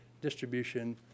distribution